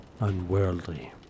unworldly